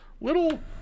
little